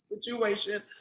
situation